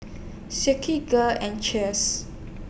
Silkygirl and Cheers